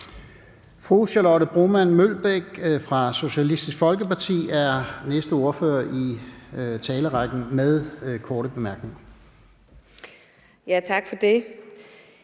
Fru Charlotte Broman Mølbæk fra Socialistisk Folkeparti er den næste i rækken med korte bemærkninger. Kl.